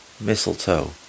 mistletoe